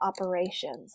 operations